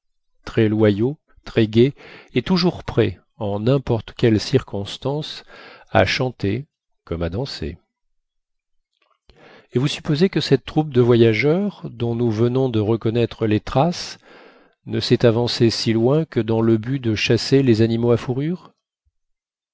très loyaux très gais et toujours prêts en n'importe quelle circonstance à chanter comme à danser et vous supposez que cette troupe de voyageurs dont nous venons de reconnaître les traces ne s'est avancée si loin que dans le but de chasser les animaux à fourrure